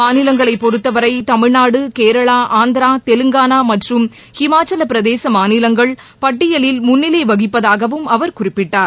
மாநிலங்களைப் பொறுத்தவரை தமிழ்நாடு கேரளா ஆந்திரா தெலங்கானா மற்றும் இமாச்சல பிரதேச மாநிலங்கள் பட்டியலில் முன்னிலை வகிப்பதாகவும் அவர் குறிப்பிட்டார்